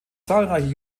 zahlreiche